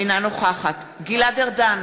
אינה נוכחת גלעד ארדן,